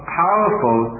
powerful